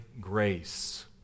grace